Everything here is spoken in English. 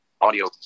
Audio